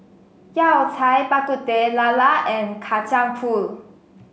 Yao Cai Bak Kut Teh Lala and Kacang Pool